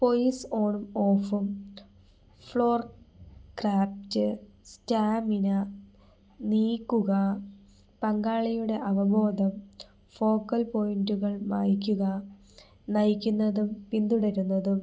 voice ഓണും ഓഫും floor craft stamina നീക്കുക പങ്കാളിയുടെ അവബോധം ഫോക്കൽ പോയിൻറുകൾ മായ്ക്കുക നയിക്കുന്നതും പിന്തുടരുന്നതും